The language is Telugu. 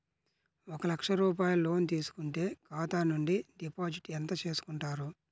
ఒక లక్ష రూపాయలు లోన్ తీసుకుంటే ఖాతా నుండి డిపాజిట్ ఎంత చేసుకుంటారు?